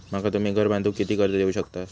माका तुम्ही घर बांधूक किती कर्ज देवू शकतास?